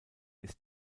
ist